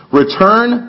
Return